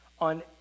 on